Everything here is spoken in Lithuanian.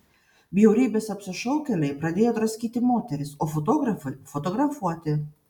bjaurybės apsišaukėliai pradėjo draskyti moteris o fotografai fotografuoti